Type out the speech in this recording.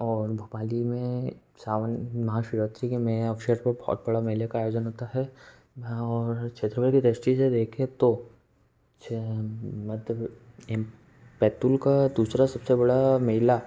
और भोपाली में सावन महाशिवरात्रि के में अवसर पर बहुत बड़ा मेले का आयोजन होता है यहाँ और क्षेत्रफल की दृष्टि से देखें तो छः मध्य बैतुल का दूसरा सब से बड़ा मेला